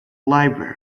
library